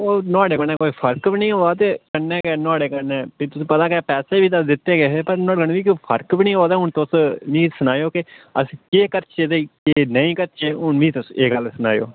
ओह् नुहाड़े कन्नै कोई फर्क बी निं होआ ते कन्नै नुहाड़े कन्नै फ्ही तुसें पता गै पैसे बी ते दित्ते गै हे पर नुहाड़े कन्नै मिकी फर्क बी निं होआ ते हून तुस मिकी सनाएओ के अस केह् करचै ते केह् नेईं करचै हून तुस मिकी एह् गल्ल सनाएओ